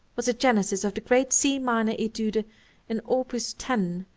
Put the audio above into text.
was the genesis of the great c minor etude in opus ten,